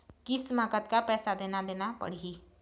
किस्त म कतका पैसा देना देना पड़ही?